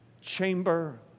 chamber